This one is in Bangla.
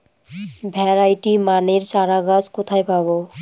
ভ্যারাইটি মানের চারাগাছ কোথায় পাবো?